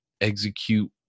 execute